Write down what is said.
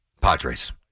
Padres